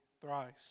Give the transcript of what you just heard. thrice